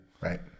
right